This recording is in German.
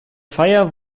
feier